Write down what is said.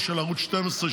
או של ערוץ 12,